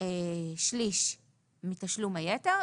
שליש מתשלום היתר,